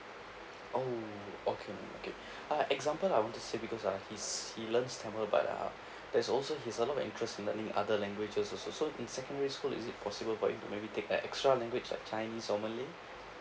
oh okay ma'am okay uh example I want to say because uh he's he learns tamil but uh there's also he's a lot of interest in learning other languages also so in secondary school is it possible for him to maybe take an extra language like chinese or malay